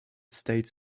states